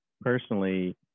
personally